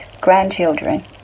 grandchildren